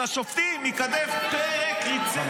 על השופטים ייכתב פרק רציני מאוד.